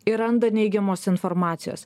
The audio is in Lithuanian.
ir randa neigiamos informacijos